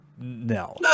No